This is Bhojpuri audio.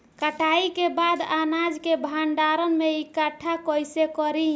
कटाई के बाद अनाज के भंडारण में इकठ्ठा कइसे करी?